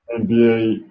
NBA